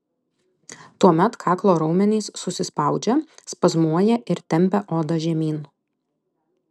tuomet kaklo raumenys susispaudžia spazmuoja ir tempia odą žemyn